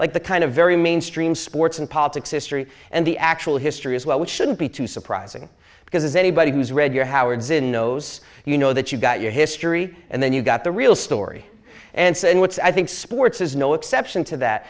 like the kind of very mainstream sports and politics history and the actual history as well which shouldn't be too surprising because anybody who's read your howard zinn knows you know that you've got your history and then you got the real story and said which i think sports is no exception to that